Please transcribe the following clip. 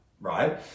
right